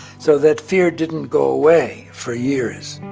so that fear didn't go away for years.